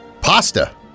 pasta